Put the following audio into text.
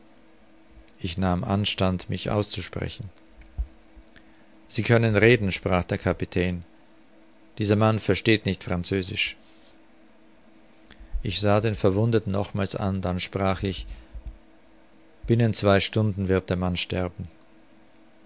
ich nahm anstand mich auszusprechen sie können reden sprach der kapitän dieser mann versteht nicht französisch ich sah den verwundeten nochmals an dann sprach ich binnen zwei stunden wird der mann sterben